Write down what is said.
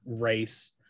race